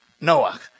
Noah